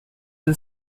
and